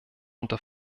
unter